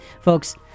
folks